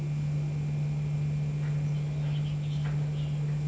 uh so மொத:motha question eh பத்தி பேசலாம்:pathi pesalaam